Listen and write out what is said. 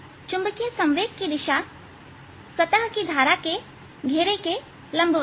चुंबकीय संवेग की दिशा सतह की धारा के घेरे के लंबवत है